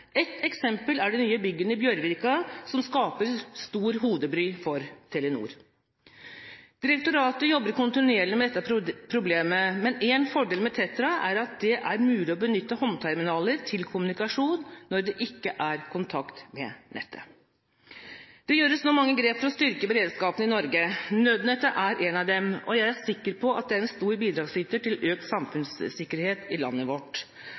eksempel er de nye byggene i Bjørvika, som skaper stort hodebry for Telenor. Direktoratet jobber kontinuerlig med dette problemet, men en fordel med TETRA er at det er mulig å benytte håndterminaler til kommunikasjon når det ikke er kontakt med nettet. Det gjøres nå mange grep for å styrke beredskapen i Norge. Nødnettet er ett, og jeg er sikker på at det er en stor bidragsyter til økt samfunnssikkerhet i landet vårt.